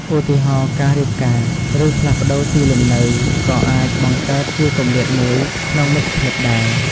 ឧទាហរណ៍៍ គេរៀបការ ឬផ្លាស់ប្តូរទីលំនៅក៏អាចបង្កើតជាគម្លាតមួយក្នុងមិត្តភាពដែរ។